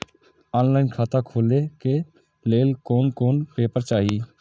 Online खाता खोले के लेल कोन कोन पेपर चाही?